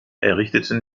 errichteten